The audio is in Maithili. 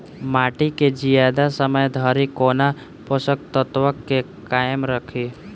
माटि केँ जियादा समय धरि कोना पोसक तत्वक केँ कायम राखि?